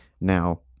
Now